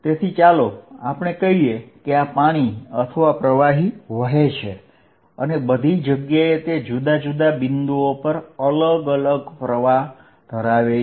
તેથી ચાલો આપણે કહીએ કે આ પાણી અથવા પ્રવાહી વહે છે અને બધી જગ્યાએ તે જુદા જુદા બિંદુઓ પર અલગ અલગ પ્રવાહ ધરાવે છે